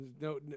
no